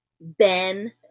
Ben